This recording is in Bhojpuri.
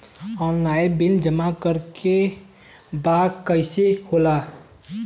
ऑनलाइन बिल जमा करे के बा कईसे होगा?